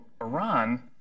Iran